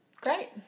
Great